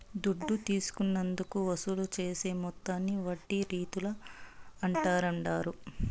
దుడ్డు తీసుకున్నందుకు వసూలు చేసే మొత్తాన్ని వడ్డీ రీతుల అంటాండారు